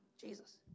Jesus